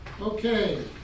Okay